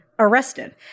arrested